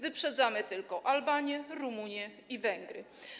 Wyprzedzamy tylko Albanię, Rumunię i Węgry.